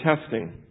testing